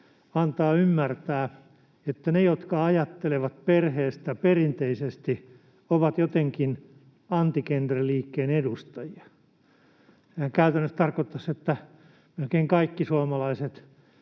antaa ymmärtää, että ne, jotka ajattelevat perheestä perinteisesti, ovat jotenkin anti-gender-liikkeen edustajia. Sehän käytännössä tarkoittaisi, että melkein kaikki suomalaiset